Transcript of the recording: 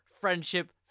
friendship